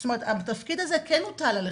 זאת אומרת שהתפקיד הזה כן מוטל עליכם.